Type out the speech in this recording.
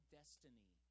destiny